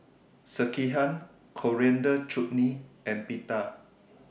Sekihan Coriander Chutney and Pita